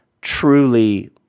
truly